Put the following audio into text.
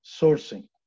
sourcing